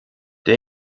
der